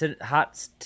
Hot